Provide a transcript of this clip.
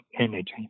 energy